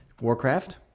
Warcraft